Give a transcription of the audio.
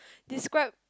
describe